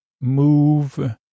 Move